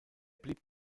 blieb